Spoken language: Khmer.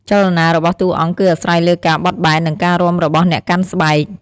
ចលនារបស់តួអង្គគឺអាស្រ័យលើការបត់បែន និងការរាំរបស់អ្នកកាន់ស្បែក។